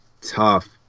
tough